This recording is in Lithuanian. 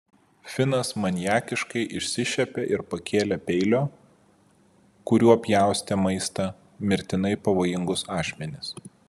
finas maniakiškai išsišiepė ir pakėlė peilio kuriuo pjaustė maistą mirtinai pavojingus ašmenis